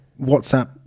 whatsapp